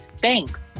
Thanks